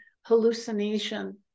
hallucination